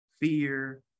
fear